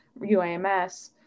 UAMS